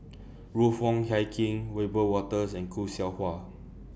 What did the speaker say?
Ruth Wong Hie King Wiebe Wolters and Khoo Seow Hwa